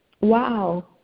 Wow